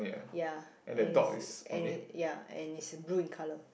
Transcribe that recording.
ya and it's and it ya and it's blue in colour